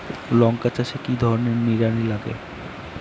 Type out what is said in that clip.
লঙ্কা চাষে কি ধরনের নিড়ানি লাগে?